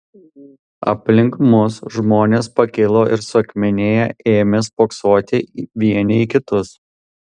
aplink mus žmonės pakilo ir suakmenėję ėmė spoksoti vieni į kitus